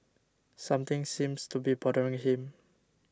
something seems to be bothering him